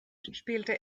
spielte